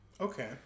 Okay